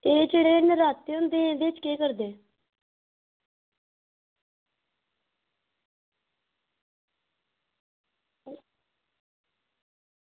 ते एह् जेह्ड़े नराते होंदे एह्दे च केह् करदे